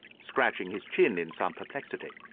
scratching his chin in some perplexity,